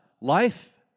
life